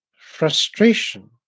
frustration